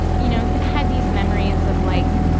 you know, had these memories of like,